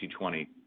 2020